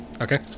Okay